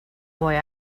boy